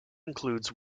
includes